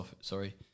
sorry